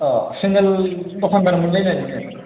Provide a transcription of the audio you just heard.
अ सेन्देल दखानदारमोनलाय नोङो